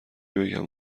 بگم